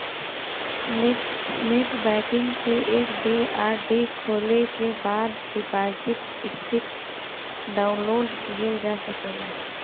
net banking से F D R D खोले के बाद डिपाजिट स्लिप डाउनलोड किहल जा सकला